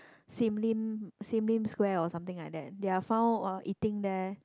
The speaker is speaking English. Sim-Lim Sim-Lim-Square or something like that they are found eating there